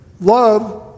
love